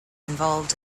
involved